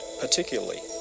particularly